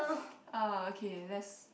okay let's